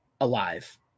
alive